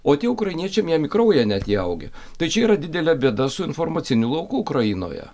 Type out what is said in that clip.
o tie ukrainiečiam jiem į kraują net įaugę tai čia yra didelė bėda su informaciniu lauku ukrainoje